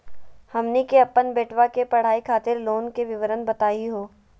हमनी के अपन बेटवा के पढाई खातीर लोन के विवरण बताही हो?